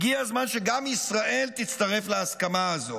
הגיע הזמן שגם ישראל תצטרף להסכמה הזו.